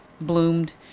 bloomed